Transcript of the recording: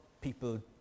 people